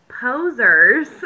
posers